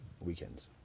weekends